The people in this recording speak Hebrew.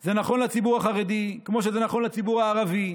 וזה נכון לציבור החרדי כמו שזה נכון לציבור הערבי,